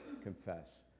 confess